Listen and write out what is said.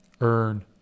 Earn